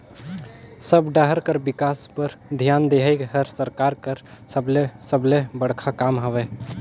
सब डाहर कर बिकास बर धियान देहई हर सरकार कर सबले सबले बड़खा काम हवे